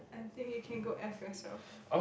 I think you can go F yourself